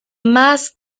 más